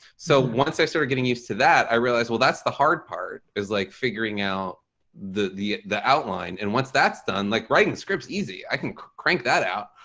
so once i started getting used to that, i realized well that's the hard part is like figuring out the the the outline and once that's done like writing scripts easy i can crank that out.